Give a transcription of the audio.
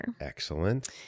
Excellent